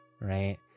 right